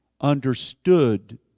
understood